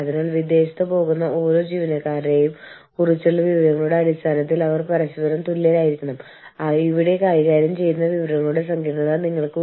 അതിനാൽ ആശയവൽക്കരണം ഉൽപ്പാദനം വിൽപ്പനാനന്തരം സേവനം ഘട്ടങ്ങൾ എന്നീ വിവിധ മാനദണ്ഡങ്ങൾക്ക് നമ്മൾ എത്രത്തോളം മുൻഗണന നൽകുന്നു